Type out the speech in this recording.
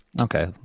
Okay